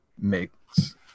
makes